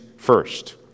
first